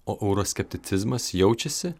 o euroskepticizmas jaučiasi